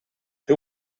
who